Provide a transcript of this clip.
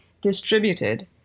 distributed